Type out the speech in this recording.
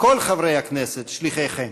כל חברי הכנסת, שליחיכם.